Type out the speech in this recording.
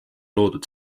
loodud